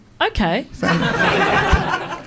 Okay